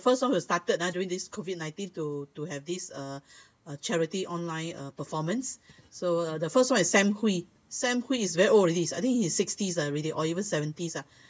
first one who started ah during this COVID nineteen to to have this uh uh charity online uh performance so the first one is sam Hui sam Hui is very old already I think he is sixties ah or even seventies ah